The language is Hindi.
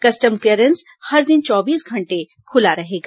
कस्टम क्लेयरेंस हर दिन चौबीस घंटे खुला रहेगा